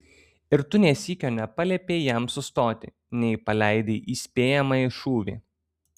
ir tu nė sykio nepaliepei jam sustoti nei paleidai įspėjamąjį šūvį